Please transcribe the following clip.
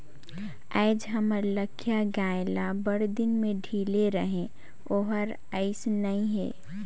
आयज हमर लखिया गाय ल बड़दिन में ढिले रहें ओहर आइस नई हे